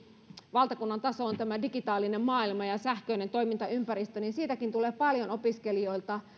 valtakunnan tasolla on digitaalinen maailma ja sähköinen toimintaympäristö siitäkin tulee paljon opiskelijoilta